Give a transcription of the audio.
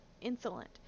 insolent